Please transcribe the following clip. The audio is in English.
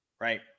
right